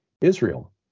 Israel